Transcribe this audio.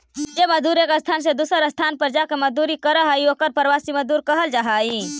जे मजदूर एक स्थान से दूसर स्थान पर जाके मजदूरी करऽ हई ओकर प्रवासी मजदूर कहल जा हई